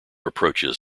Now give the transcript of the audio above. approaches